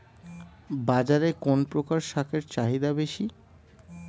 বাজারে কোন প্রকার শাকের চাহিদা বেশী?